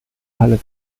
halle